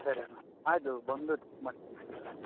ಸರಿ ಅಣ್ಣ ಅದು ಬಂದು ಮಾಡ್ತೀನಿ ಸರ್